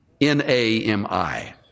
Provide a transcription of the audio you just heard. N-A-M-I